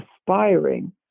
aspiring